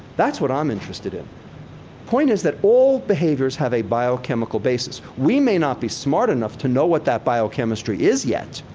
that's what i'm interested in. the point is that all behaviors have a biochemical basis. we may not be smart enough to know what that biochemistry is yet,